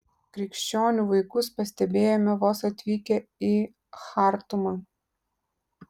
krikščionių vaikus pastebėjome vos atvykę į chartumą